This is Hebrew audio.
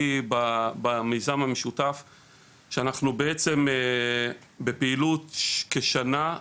במיזם המשותף שאנחנו בעצם בפעילות כשנה,